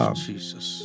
Jesus